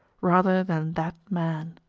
rather than that man.